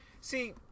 See